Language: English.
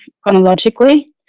chronologically